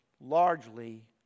largely